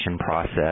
process